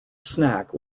snack